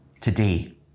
today